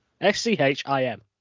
S-C-H-I-M